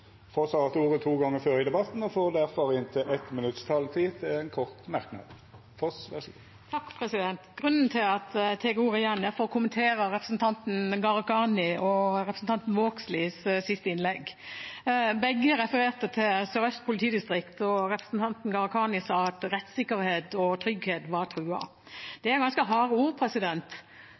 har hatt ordet to gonger tidlegare og får ordet til ein kort merknad, avgrensa til 1 minutt. Grunnen til at jeg tar ordet igjen, er at jeg vil kommentere representanten Gharahkhanis og representanten Vågslids siste innlegg. Begge refererte til Sør-Øst politidistrikt, og representanten Gharahkhani sa at rettssikkerhet og trygghet var truet. Det er ganske harde ord,